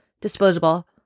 disposable